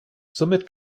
somit